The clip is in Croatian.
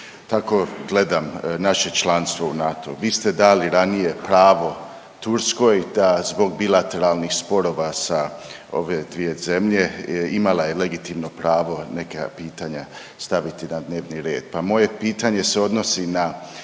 Tako gledam naše članstvo u NATO-u. Vi ste dali ranije pravo Turskoj da zbog bilateralnih sporova sa ove dvije zemlje, imala je legitimno prava neka pitanja staviti na dnevni red.